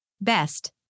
Best